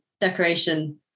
decoration